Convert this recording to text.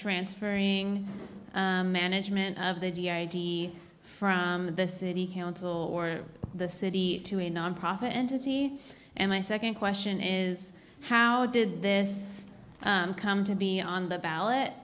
transferring management of the g i d s from the city council or the city to a nonprofit entity and i second question is how did this come to be on the ballot